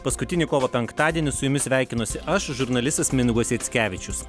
paskutinį kovo penktadienį su jumis sveikinuosi aš žurnalistas mindaugas jackevičius